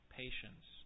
patience